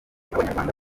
abanyarwanda